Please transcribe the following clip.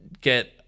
get